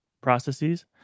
processes